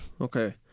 Okay